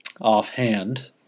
offhand